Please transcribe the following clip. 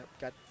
got